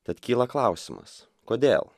tad kyla klausimas kodėl